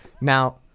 Now